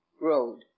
road